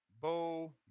Bo